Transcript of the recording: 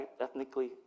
ethnically